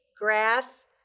grass